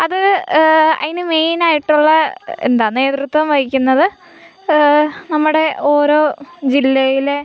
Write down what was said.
അത് അതിനു മെയിൻ ആയിട്ടുള്ള എന്താണ് നേതൃത്വം വഹിക്കുന്നത് നമ്മുടെ ഓരോ ജില്ലയിലെ